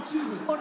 Jesus